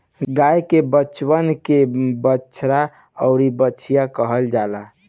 गाय के बचवन के बाछा अउरी बाछी कहल जाला